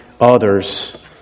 others